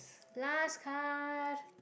last card